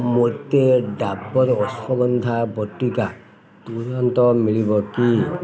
ମୋତେ ଡାବର୍ ଅଶ୍ଵଗନ୍ଧା ବଟିକା ତୁରନ୍ତ ମିଳିବ କି